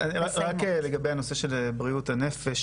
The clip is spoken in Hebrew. אז רק לגבי הנושא של בריאות הנפש,